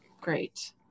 great